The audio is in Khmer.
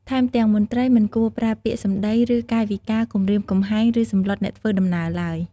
ថែមទាំងមន្ត្រីមិនគួរប្រើពាក្យសំដី ឬកាយវិការគំរាមកំហែង ឬសម្លុតអ្នកធ្វើដំណើរឡើយ។